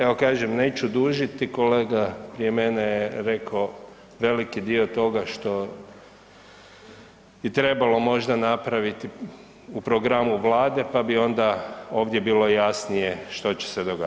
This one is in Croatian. Evo kažem neću dužiti, kolega prije mene je rekao veliki dio toga što bi trebalo možda napraviti u programu Vlade pa bi onda ovdje bilo jasnije što će se događati.